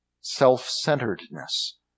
self-centeredness